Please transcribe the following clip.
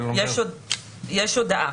יש הודעה.